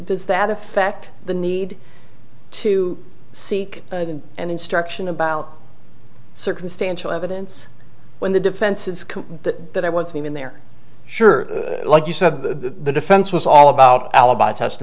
does that affect the need to seek an instruction about circumstantial evidence when the defense is that there was even there sure like you said the defense was all about alibi test